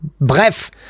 Bref